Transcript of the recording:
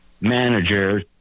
manager